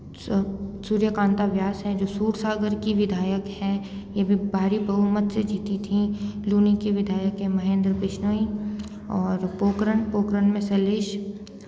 सु सूर्यकांता व्यास हैं जो सूरसागर की विधायक हैं ये भी भारी बहुमत से जीती थीं लूनी की विधायक हैं महेंद्र बिश्नोई और पोकरण पोकरण में सैलेश